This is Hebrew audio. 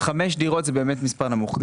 חמש דירות זה באמת מספר נמוך.